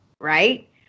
right